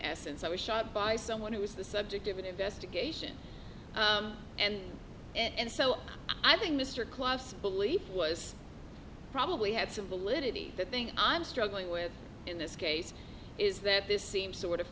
essence i was shot by someone who was the subject of an investigation and and so i think mr klaas belief was probably had some validity the thing i'm struggling with in this case is that this seems